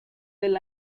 del